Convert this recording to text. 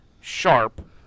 sharp